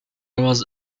was